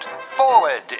Forward